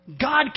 God